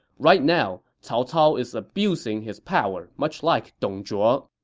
right now, cao cao is abusing his power much like dong zhuo.